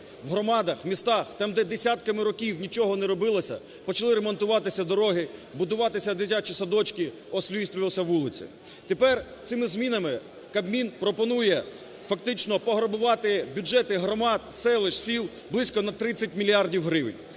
В громадах, в містах, там де десятками років нічого не робилося, почали ремонтуватися дороги, будуватися дитячі садочки, освітлюватися вулиці. Тепер цими змінами Кабмін пропонує фактично пограбувати бюджети громад, селищ, сіл близько на 30 мільярдів гривень.